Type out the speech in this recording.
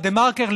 בדה-מרקר,